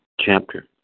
chapter